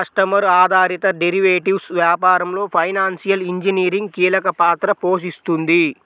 customer ఆధారిత derivatives వ్యాపారంలో financial engineering కీలక పాత్ర పోషిస్తుంది